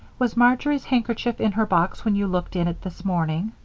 was marjory's handkerchief in her box when you looked in it this morning?